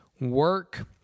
work